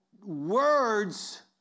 words